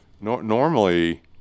normally